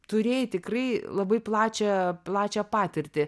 turėjai tikrai labai plačią plačią patirtį